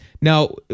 Now